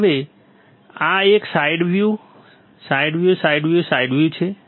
હવે આ એક side view side view side view side view side view છે